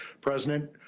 President